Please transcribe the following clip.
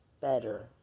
better